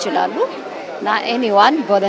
to not not anyone but